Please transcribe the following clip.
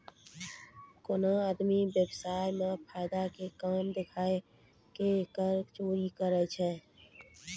कोनो आदमी व्य्वसाय मे फायदा के कम देखाय के कर चोरी करै छै